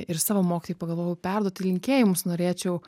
ir savo mokytojui pagalvojau perduoti linkėjimus norėčiau